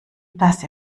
das